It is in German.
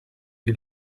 die